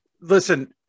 Listen